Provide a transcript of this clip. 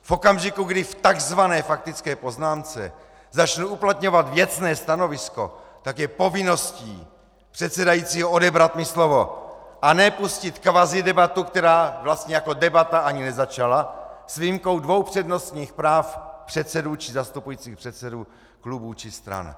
V okamžiku, kdy v tzv. faktické poznámce začnu uplatňovat věcné stanovisko, je povinností předsedajícího odebrat mi slovo, a ne pustit kvazidebatu, která vlastně jako debata ani nezačala s výjimkou dvou přednostních práv předsedů či zastupujících předsedů klubů či stran.